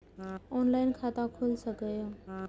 Online खाता खुल सके ये?